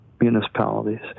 municipalities